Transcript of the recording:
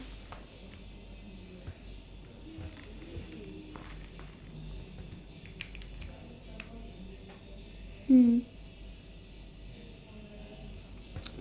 mm